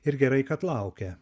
ir gerai kad laukia